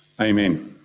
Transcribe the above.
Amen